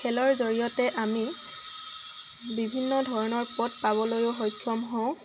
খেলৰ জৰিয়তে আমি বিভিন্ন ধৰণৰ পথ পাবলৈও সক্ষম হওঁ